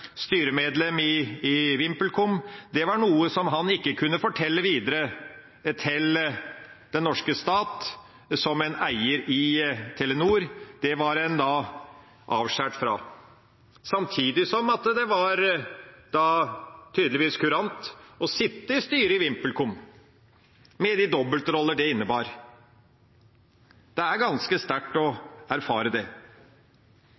styremedlem i VimpelCom, var noe han ikke kunne fortelle videre til den norske stat som en eier i Telenor, det var han avskåret fra. Samtidig var det tydeligvis kurant å sitte i styret i VimpelCom med de dobbeltroller det innebar. Det er ganske sterkt å erfare det.